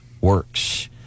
works